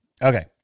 Okay